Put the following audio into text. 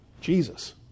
Jesus